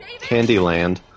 Candyland